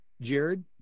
jared